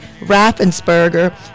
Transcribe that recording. Raffensperger